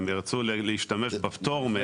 הם ירצו להשתמש בפטור.